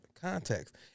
context